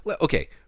Okay